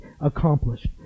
accomplished